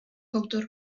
powdr